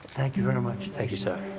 thank you very much. thank you, sir.